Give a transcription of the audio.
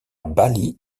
bali